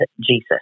Jesus